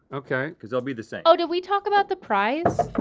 okay. cause they'll be the same oh, did we talk about the prize?